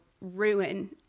ruin